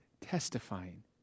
testifying